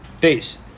Base